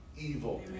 evil